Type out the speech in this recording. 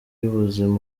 y’ubuzima